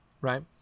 right